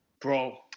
Bro